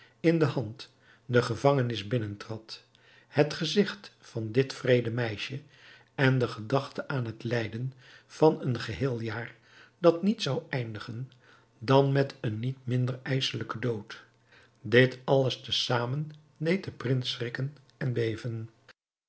in de hand de gevangenis binnentrad het gezigt van dit wreede meisje en de gedachte aan het lijden van een geheel jaar dat niet zou eindigen dan met een niet minder ijsselijken dood dit alles te zamen deed den prins schrikken en beven